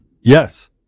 Yes